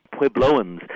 Puebloans